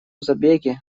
забеге